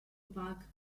park